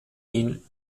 ihn